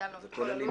וביטלנו את כל הלו"ז.